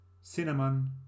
cinnamon